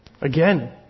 Again